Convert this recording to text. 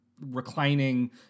reclining